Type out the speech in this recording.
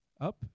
Up